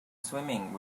swimming